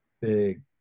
big